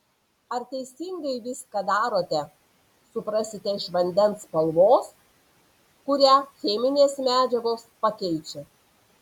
ar teisingai viską darote suprasite iš vandens spalvos kurią cheminės medžiagos pakeičia